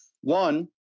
One